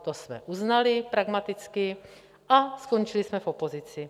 To jsme uznali pragmaticky a skončili jsme v opozici.